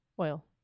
Oil